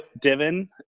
divin